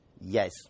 Yes